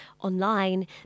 online